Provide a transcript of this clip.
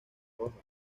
rojas